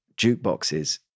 jukeboxes